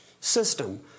system